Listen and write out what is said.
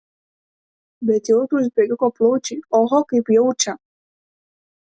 bet jautrūs bėgiko plaučiai oho kaip jaučia